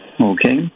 Okay